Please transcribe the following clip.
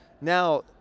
Now